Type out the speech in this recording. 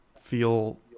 feel